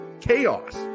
Chaos